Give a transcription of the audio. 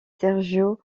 sergio